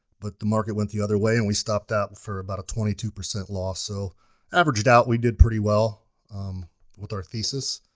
but the market went the other way and we stopped out for about a twenty two percent loss, so averaged out we did pretty well with our thesis.